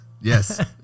Yes